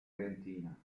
trentina